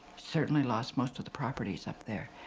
certainly lost most of the properties up there.